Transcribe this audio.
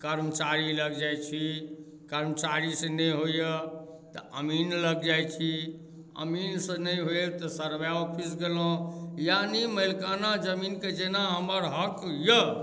कर्मचारी लग जाइ छी कर्मचारीसँ नहि होइए तऽ अमीन लग जाइ छी अमीनसँ नहि होइए तऽ सर्वे ऑफिस गेलहुँ यानि मलिकाना जमीनके जेना हमर हक अइ